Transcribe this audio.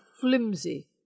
flimsy